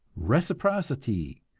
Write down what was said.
reciprocity,